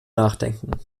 nachdenken